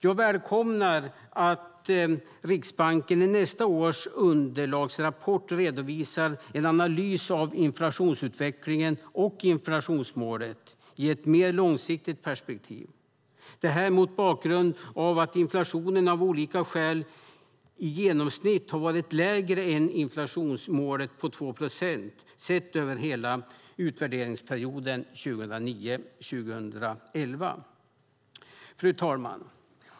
Jag välkomnar att Riksbanken i nästa års underlagsrapport redovisar en analys av inflationsutvecklingen och inflationsmålet i ett mer långsiktigt perspektiv. Det är mot bakgrund av att inflationen av olika skäl i genomsnitt har varit lägre än inflationsmålet på 2 procent sett över hela utvärderingsperioden 2009-2011. Fru talman!